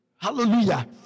Hallelujah